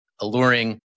alluring